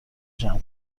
جمع